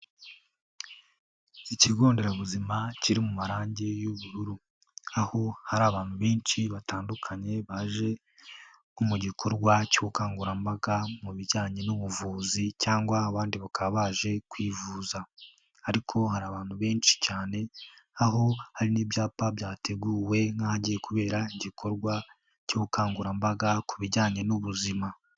Ikigo nderabuzima kiri mu marangi y'ubururu, aho hari abantu benshi batandukanye baje nko mu gikorwa cy'ubukangurambaga mu bijyanye n'ubuvuzi cyangwa abandi bakaba baje kwivuza, ariko hari abantu benshi cyane, aho hari n'ibyapa byateguwe nkanjye kubera igikorwa cy'ubukangurambaga ku bijyanye n'ubuzima.